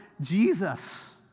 Jesus